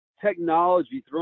technology